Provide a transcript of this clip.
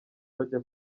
bajya